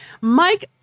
Mike